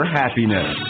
happiness